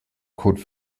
code